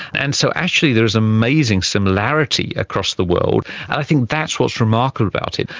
and so actually there is amazing similarity across the world, and i think that's what's remarkable about it,